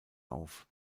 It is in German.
auf